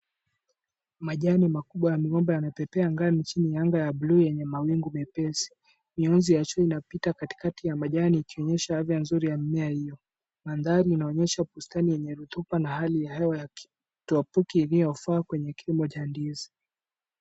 Majani makubwa ya migomba yanapepea angani chini ya anga ya bluu yenye mawingu mepesi. Mionzi ya jua inapita katikati ya majani ikionyesha afya nzuri ya mimea hiyo. Mandhari inaonyesha bustani yenye rutuba na hali ya hewa kitropiki iliyofaa kwenye kilimo cha ndizi.